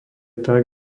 tak